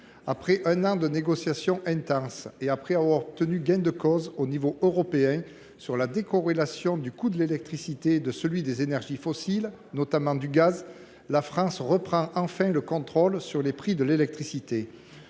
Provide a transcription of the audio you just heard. Après un an de négociations intenses et après avoir obtenu gain de cause au niveau européen sur la décorrélation du coût de l’électricité de celui des énergies fossiles, notamment du gaz, la France reprend enfin le contrôle sur les prix de l’électricité.